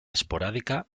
esporádica